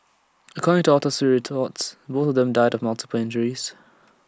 according to autopsy reports both of them died multiple injuries